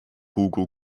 hugo